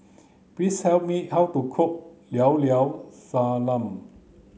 please tell me how to cook Llao Llao Sanum